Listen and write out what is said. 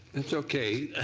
it's okay.